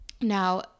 Now